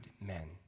men